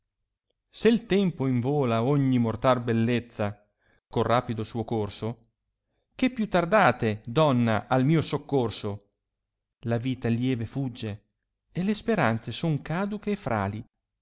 e se tempo invola ogni mortai bellezza col rapido suo corso che più tardate donna al mio soccorso la vita lieve fugge e le speranze son caduche e tvali le